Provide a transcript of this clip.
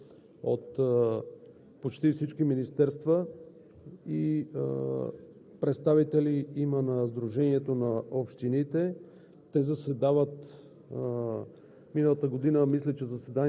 членове на тази комисия са заместник-министри от почти всички министерства. Има представители на Сдружението на общините.